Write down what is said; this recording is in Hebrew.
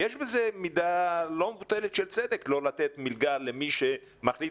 יש בזה מידה לא מבוטלת של צדק לא לתת מלגה למי שמחליט